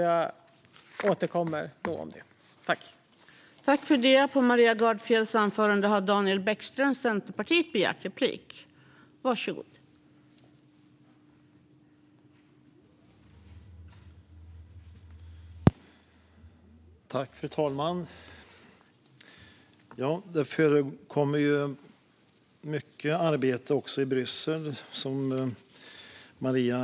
Jag återkommer med mer om detta då.